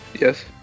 Yes